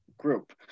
group